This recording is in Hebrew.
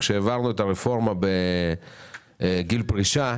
עת העברנו את הרפורמה בגיל פרישה,